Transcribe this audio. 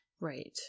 Right